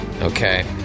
Okay